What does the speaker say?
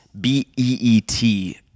B-E-E-T